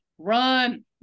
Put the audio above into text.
run